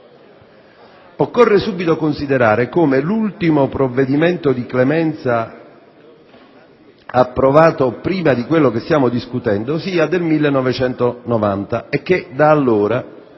Occorre subito considerare come l'ultimo provvedimento di clemenza approvato prima di quello che stiamo discutendo risalga al 1990 e che da allora